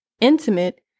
Intimate